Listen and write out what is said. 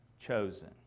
chosen